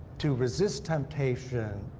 to resist temptation,